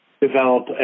develop